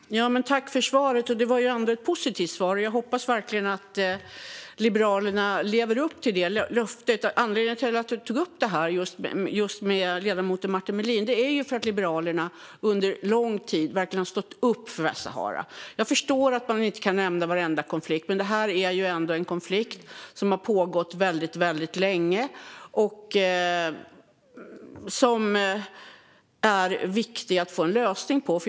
Herr talman! Jag tackar för svaret. Det var ändå positivt. Jag hoppas verkligen att Liberalerna lever upp till det löftet. Anledningen till att jag tog upp det med just ledamoten Martin Melin är att Liberalerna under lång tid har stått upp för Västsahara. Jag förstår att man inte kan nämna varenda konflikt. Men det är en konflikt som har pågått väldigt länge, och det är viktigt att hitta en lösning.